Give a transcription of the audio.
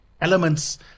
elements